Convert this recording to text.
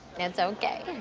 it's okay.